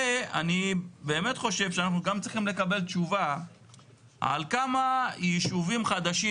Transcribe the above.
ואני באמת חושב שאנחנו גם צריכים לקבל תשובה על כמה ישובים חדשים